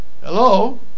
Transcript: Hello